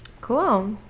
cool